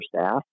staff